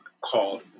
called